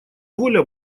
воля